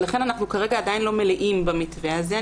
לכן אנחנו עדיין לא מלאים במתווה הזה.